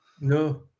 no